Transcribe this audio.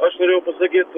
aš norėjau pasakyt